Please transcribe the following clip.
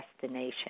destination